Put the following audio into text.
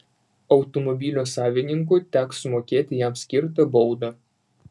automobilio savininkui teks sumokėti jam skirtą baudą